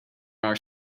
our